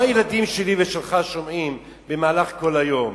מה הילדים שלי ושלך שומעים במהלך כל היום?